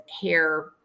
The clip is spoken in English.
hair